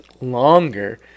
longer